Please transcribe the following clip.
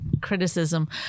criticism